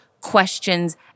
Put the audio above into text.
questions